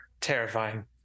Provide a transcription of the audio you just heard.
terrifying